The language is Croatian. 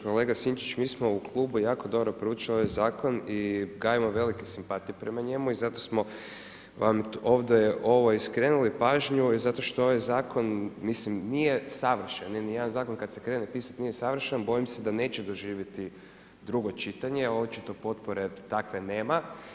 Kolega Sinčić mi smo u klubu jako dobro proučili ovaj zakon i gajimo velike simpatije prema njemu i zato smo vam ovdje i skrenuli pažnju i zato što ovaj zakon nije savršen, nijedan zakon kada se krene pisati nije savršen, bojim se da neće doživjeti drugo čitanje, očito potpore takve nema.